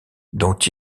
dont